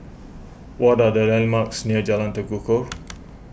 what are the landmarks near Jalan Tekukor